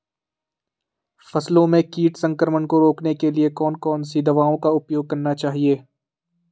फसलों में कीट संक्रमण को रोकने के लिए कौन कौन सी दवाओं का उपयोग करना चाहिए?